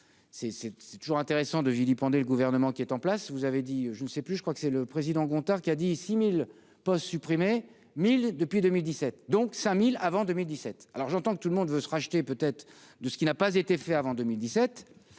c'est toujours intéressant de vilipender le gouvernement qui est en place, vous avez dit : je ne sais plus, je crois que c'est le président Gontard, qui a dit : 6000 postes supprimés 1000 depuis 2017 donc 5000 avant 2017, alors j'entends que tout le monde veut se racheter peut-être de ce qui n'a pas été fait avant 2017,